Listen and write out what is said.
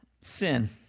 sin